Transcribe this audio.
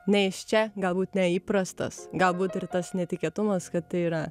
ne iš čia galbūt neįprastas galbūt ir tas netikėtumas kad tai yra